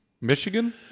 Michigan